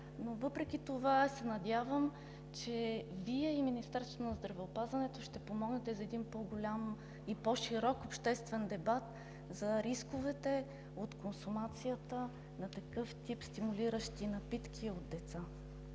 Въпреки това се надявам, че Вие и Министерството на здравеопазването ще помогнете за един по-голям и по-широк обществен дебат за рисковете от консумацията на такъв тип стимулиращи напитки от деца.